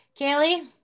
Kaylee